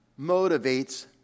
motivates